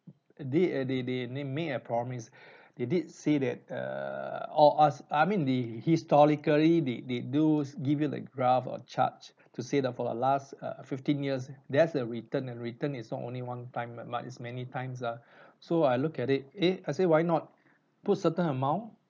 they uh they they they made a promise they did say that err oh us I mean the historically they they do give you the graph or chart to see the for the last uh fifteen years there's a return and return is not only one time but is many times ah so I look at it eh I say why not put certain amount